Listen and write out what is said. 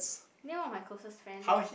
Neon were my closest friends